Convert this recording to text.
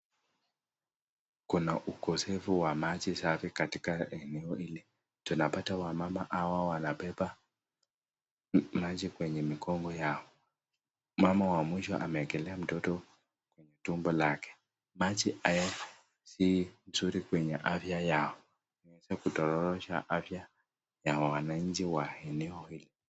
Kuna ukosefu wa maji safi katika eneo hili. Tunapata wamama hawa wanabeba maji kwenye migongo yao, mama wa mwisho amewekelea mtoto tumbo lake, maji haya si mzuri kwenye afya yao. Imewezwa kutororosha afya ya wananchi wa eneo hili.